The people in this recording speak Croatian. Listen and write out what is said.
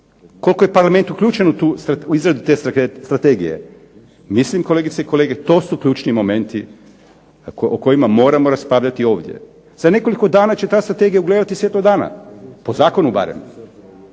Koliko je Parlament uključen u izradu te strategije? Mislim, kolegice i kolege, to su ključni momenti o kojima moramo raspravljati ovdje. Za nekoliko dana će ta strategija ugledati svjetlo dana, po zakonu barem,